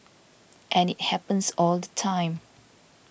and it happens all the time